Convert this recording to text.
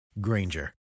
Granger